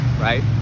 right